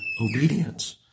obedience